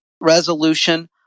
resolution